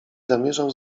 zamierzał